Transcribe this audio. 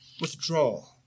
Withdrawal